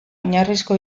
oinarrizko